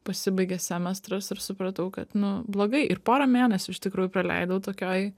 pasibaigė semestras ir supratau kad nu blogai ir porą mėnesių iš tikrųjų praleidau tokioj